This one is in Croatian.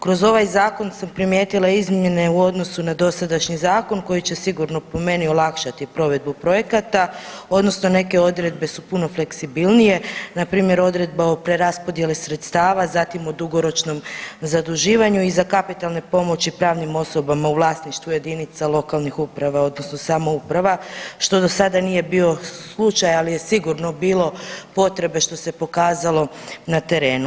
Kroz ovaj Zakon sam primijetila izmjene u odnosu na dosadašnji zakon koji će sigurno, po meni, olakšati provedbu projekata odnosno neke odredbe su puno fleksibilnije, npr. odredba o preraspodjeli sredstava, zatim o dugoročnom zaduživanju i za kapitalne pomoći pravnim osobama u vlasništvu jedinica lokalnih uprava odnosno samouprava što do sada nije bio slučaj, ali je sigurno bilo potrebe što se pokazalo na terenu.